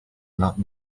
not